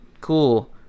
cool